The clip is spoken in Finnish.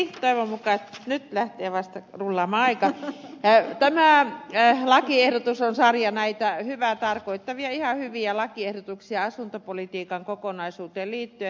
päivä mutta nyt lähtevästä tullaan aika ei tänään e tämä lakiehdotus on sarja näitä hyvää tarkoittavia ja ihan hyviä lakiehdotuksia asuntopolitiikan kokonaisuuteen liittyen